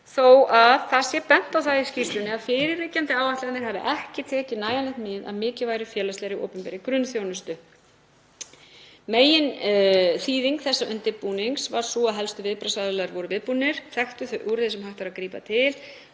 þó að bent sé á það í skýrslunni að fyrirliggjandi áætlanir hafi ekki tekið nægilegt mið af mikilvægri félagslegri opinberri grunnþjónustu. Meginþýðing þessa undirbúnings var sú að helstu viðbragðsaðilar voru viðbúnir, þekktu þau úrræði sem hægt var að grípa til